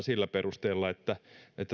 sillä perusteella että